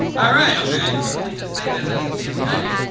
creepily just say this as he stands behind me.